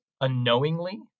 unknowingly